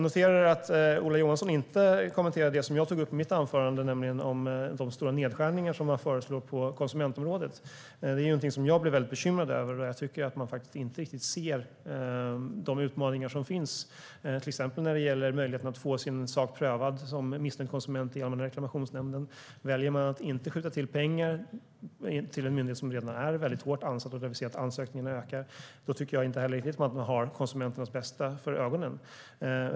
Ola Johansson tog inte upp de stora nedskärningarna som föreslås på konsumentområdet, som jag tog upp i mitt anförande. Jag blir mycket bekymrad över det och tycker att man inte riktigt ser utmaningarna, till exempel när det gäller att som missnöjd konsument få sin sak prövad i Allmänna reklamationsnämnden. Om man väljer att inte skjuta till pengar till en myndighet som redan är hårt ansatt och där ansökningarna ökar har man inte riktigt konsumenternas bästa för ögonen.